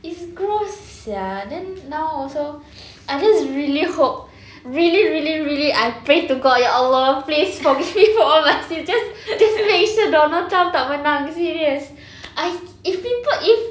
it's gross sia then now also I just really hope really really really I pray to god ya allah please forgive me for all my sins just just make sure donald trump tak menang serious I if people if